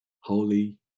holy